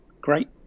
great